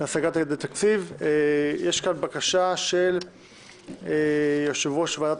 סעיף א': בקשת יושב-ראש ועדת